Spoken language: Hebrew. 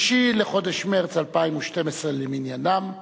6 בחודש מרס 2012 למניינם,